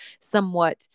somewhat